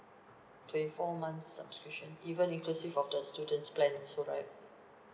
twenty four months subscription even inclusive of the students' plan also right